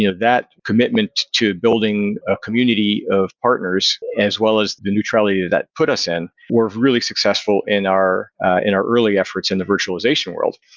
that commitment to building a community of partners as well as the neutrality that put us in were really successful in our in our early efforts in the virtualization world.